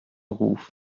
ruf